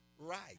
Right